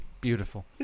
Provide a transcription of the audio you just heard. Beautiful